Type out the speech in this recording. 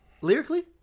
Lyrically